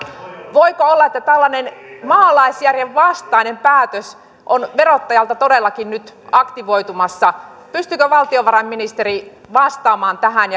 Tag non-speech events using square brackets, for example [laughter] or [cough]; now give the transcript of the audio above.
voiko olla että tällainen maalaisjärjen vastainen päätös on verottajalta todellakin nyt aktivoitumassa pystyykö valtiovarainministeri vastaamaan tähän [unintelligible]